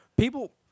People